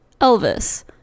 Elvis